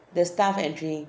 the staff entry